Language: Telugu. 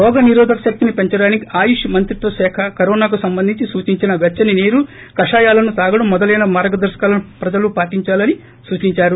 రోగ నిరోధక శక్తిని పెంచడానికి ఆయుష్ మంత్రిత్వ శాఖ కరోనాకు సంబంధించిన సూచించిన వెచ్చని నీరు కషాయాలను తాగడం మొదలైన మార్గదర్శకాలను ప్రజలు పాటిందాలని సూచిందారు